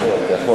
כפיים.